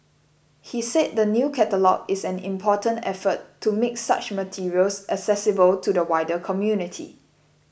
he said the new catalogue is an important effort to make such materials accessible to the wider community